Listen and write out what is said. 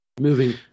Moving